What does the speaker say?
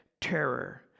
terror